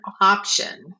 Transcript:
option